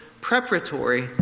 preparatory